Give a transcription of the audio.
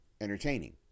entertaining